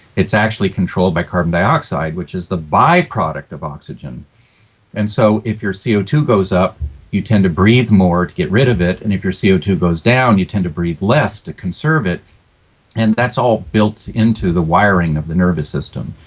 it's actually controlled by carbon dioxide which is the by-product of oxygen and so if your c o two goes up you tend to breathe more to get rid of it and if your c o two goes down you tend to breathe less to conserve it and that's all built into the wiring of the nervous system,